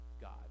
God